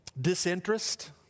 Disinterest